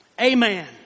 Amen